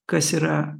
kas yra